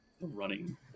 running